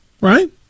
Right